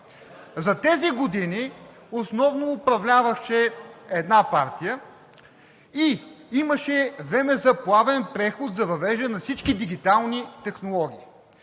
За тези години основно управляваше една партия и имаше време за плавен преход за въвеждане на всички дигитални технологии.